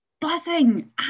buzzing